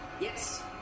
Yes